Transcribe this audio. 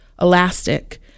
elastic